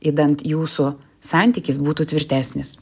idant jūsų santykis būtų tvirtesnis